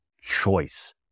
choice